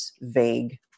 vague